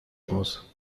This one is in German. raus